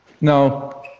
Now